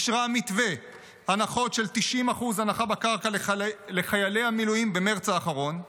אישרה מתווה הנחות של 90% הנחה בקרקע לחיילי מילואים במרץ האחרון,